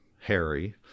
Harry